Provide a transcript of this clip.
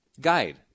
guide